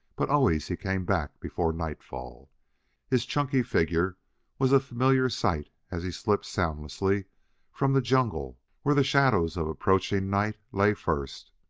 but always he came back before nightfall his chunky figure was a familiar sight as he slipped soundlessly from the jungle where the shadows of approaching night lay first.